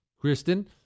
Kristen